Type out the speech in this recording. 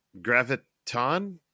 graviton